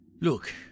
Look